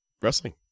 wrestling